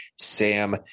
Sam